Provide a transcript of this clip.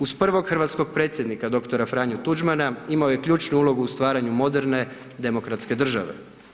Uz prvog hrvatskog predsjednika dr. Franju Tuđmana, imao je ključnu ulogu u stvaranju moderne demokratske države.